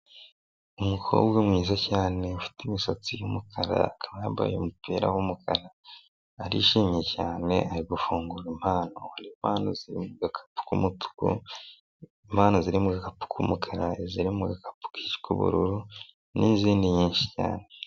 Umukobwa mwiza cyane ufite imisatsi y'umukara akaba yambaye umupira w'umukara arishimye cyane ari gufungura impano, impano ziri mu gakapu k'umutuku, impano ziri mu gakapu kumukara, iziri mu gakapu k'ubururu n'izindi nyinshi cyane.